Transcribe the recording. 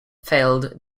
failed